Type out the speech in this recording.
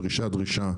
דרישה-דרישה,